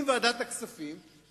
בישיבת ועדת הכנסת שמזכיר הכנסת נכח בה.